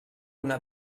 una